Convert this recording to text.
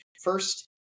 first